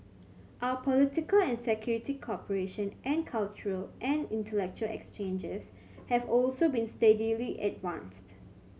our political and security cooperation and cultural and intellectual exchanges have also been steadily advanced